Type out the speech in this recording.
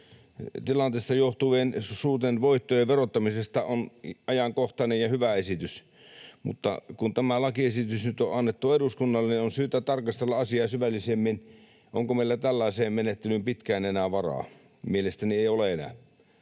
tilanteesta johtuvien suurten voittojen verottamisesta on ajankohtainen ja hyvä esitys, mutta kun tämä lakiesitys nyt on annettu eduskunnalle, niin on syytä tarkastella asiaa syvällisemmin, onko meillä tällaiseen menettelyyn pitkään enää varaa. Mielestäni ei ole enää.